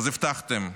אז הבטחתם,